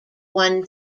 one